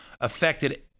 affected